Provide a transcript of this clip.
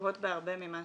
גבוהות בהרבה ממה